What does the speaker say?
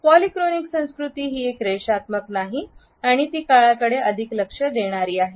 polychronic संस्कृती ही एक रेषात्मक नाही आणि ती काळाकडे अधिक लक्ष देणारी आहे